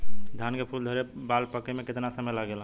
धान के फूल धरे से बाल पाके में कितना समय लागेला?